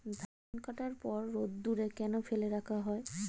ধান কাটার পর রোদ্দুরে কেন ফেলে রাখা হয়?